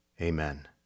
Amen